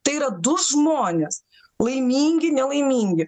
tai yra du žmonės laimingi nelaimingi